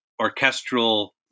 orchestral